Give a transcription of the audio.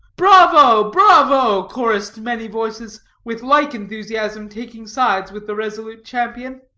bravo, bravo! chorused many voices, with like enthusiasm taking sides with the resolute champion.